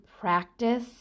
practice